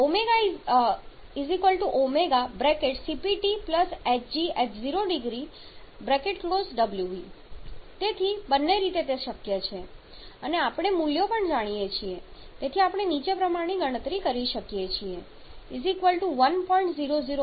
એટલે કે Cphgwv તેથી બંને રીતે તે શક્ય છે અને આપણે મૂલ્યો પણ જાણીએ છીએ તેથી આપણે નીચે પ્રમાણે ગણતરી કરી શકીએ 1